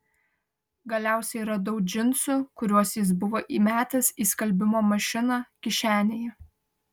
galiausiai radau džinsų kuriuos jis buvo įmetęs į skalbimo mašiną kišenėje